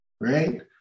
right